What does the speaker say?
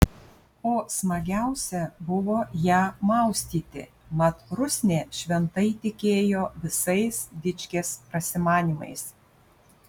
o smagiausia buvo ją maustyti mat rusnė šventai tikėjo visais dičkės prasimanymais